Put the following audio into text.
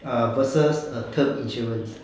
err versus a term insurance